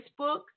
Facebook